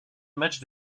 matchs